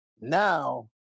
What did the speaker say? Now